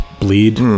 bleed